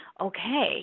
okay